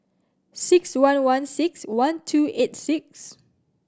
six one one six one two eight six